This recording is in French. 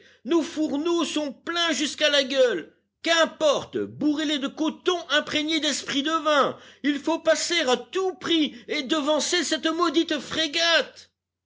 nos fourneaux sont pleins jusqu'à la gueule qu'importe bourrez les de coton imprégné desprit devin il faut passer à tout prix et devancer cette maudite frégate